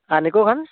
ᱟᱨ ᱱᱤᱠᱳ ᱠᱷᱟᱱ